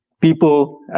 people